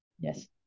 Yes